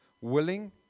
willing